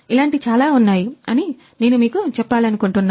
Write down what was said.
ఇలాంటి చాలా ఉన్నాయి అని నేను మీకు చెప్పాలనుకుంటున్నాను